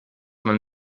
man